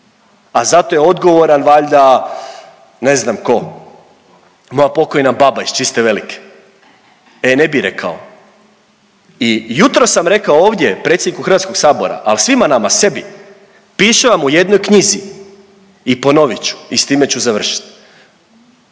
a zato je odgovoran valjda ne znam tko, moja pokojna baba iz Ciste Velike, e ne bi rekao. I jutros sam rekao ovdje predsjedniku Hrvatskog sabora, al svima nama, sebi, piše vam u jednoj knjizi i ponovit ću i s time ću završiti,